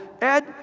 Ed